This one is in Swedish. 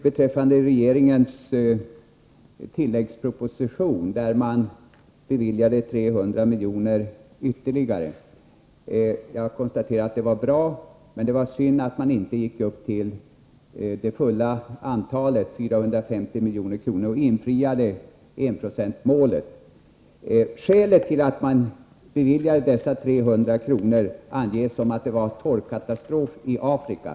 Beträffande regeringens tilläggsproposition konstaterar jag att det är bra att man där beviljar ytterligare 300 milj.kr. Men det var synd att anslaget inte gick upp till 450 milj.kr., varvid man skulle ha infriat enprocentsmålet. Skälet till att man beviljade dessa 300 miljoner anges vara torkkatastrofen i Afrika.